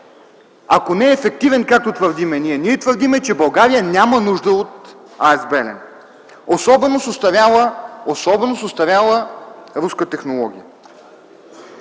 ако не е ефективен, както твърдим ние. Ние твърдим, че България няма нужда от АЕЦ „Белене”, особено с остаряла руска технология.